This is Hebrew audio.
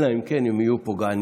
אלא אם כן הם יהיו פוגעניים.